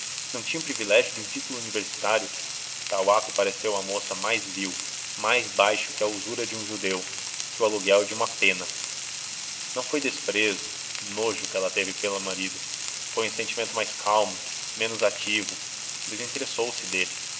não tinha o privilégio de um título universitário tal ato pareceu à moça mais vil mais baixo que a usura de um judeu que o aluguel de uma pena não foi desprezo nojo que ela teve pelo marido foi um sentimento mais calmo menos ativo desinteressou se dele